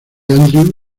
andrew